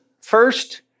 First